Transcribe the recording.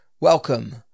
Welcome